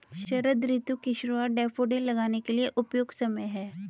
शरद ऋतु की शुरुआत डैफोडिल लगाने के लिए उपयुक्त समय है